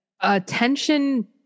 Attention